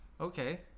okay